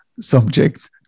subject